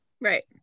right